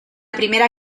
primera